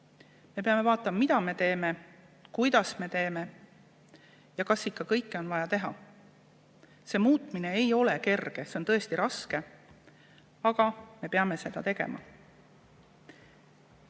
Me peame vaatama, mida me teeme, kuidas me teeme ja kas ikka kõike on vaja teha. See muutmine ei ole kerge, see on tõesti raske, aga me peame seda tegema.